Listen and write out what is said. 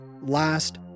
last